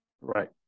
Right